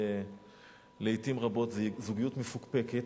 לעתים רבות זוגיות מפוקפקת.